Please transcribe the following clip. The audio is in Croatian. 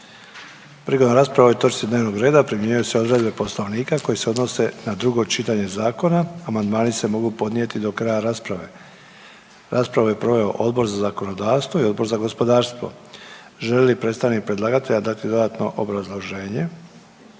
Prigodom rasprave o ovoj točki dnevnog reda primjenjuju se odredbe Poslovnika koje se odnose na drugo čitanje zakona. Amandmani se mogu podnijeti do kraja rasprave. Raspravu su proveli Odbor za zakonodavstvo, Odbor za ustav, Poslovnik i politički sustav. Prije